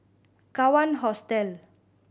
Kawan Hostel